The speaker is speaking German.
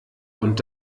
und